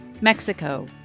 Mexico